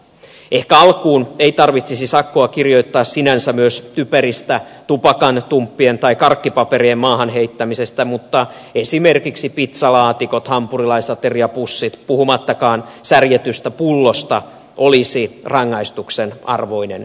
ehkä alkuun ei tarvitsisi sakkoa kirjoittaa sinänsä myös typeristä tupakantumppien tai karkkipaperien maahan heittämisestä mutta esimerkiksi pitsalaatikot hampurilaisateriapussit puhumattakaan särjetystä pullosta olisivat ran gaistuksen arvoinen hölmöys